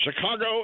Chicago